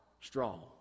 strong